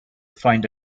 find